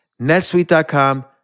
netsuite.com